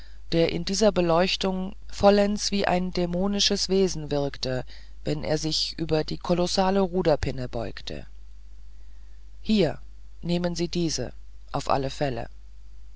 der in dieser beleuchtung vollends wie ein dämonisches wesen wirkte wenn er sich über die kolossale ruderpinne beugte hier nehmen sie diese auf alle fälle